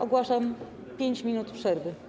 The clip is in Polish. Ogłaszam 5 minut przerwy.